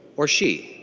or she.